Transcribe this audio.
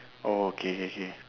oh okay K K